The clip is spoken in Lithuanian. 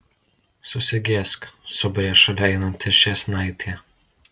susigėsk subarė šalia einanti ščėsnaitė